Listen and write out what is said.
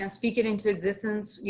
um speak it into existence. you